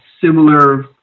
similar